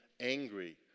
angry